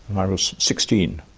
i was sixteen.